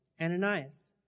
Ananias